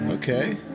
Okay